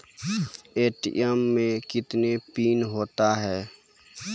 ATM मे कितने PIN होता हैं?